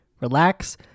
relax